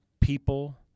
people